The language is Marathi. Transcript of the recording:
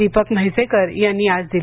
दीपक म्हैसेकर यांनी आज दिली